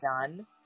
done